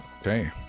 Okay